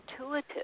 intuitive